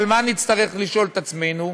אבל מה נצטרך לשאול את עצמנו?